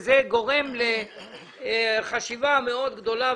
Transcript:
שזה גורם לחשיבה מאוד גדולה.